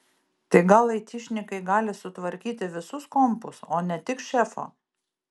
tai gal aitišnikai gali sutvarkyti visus kompus o ne tik šefo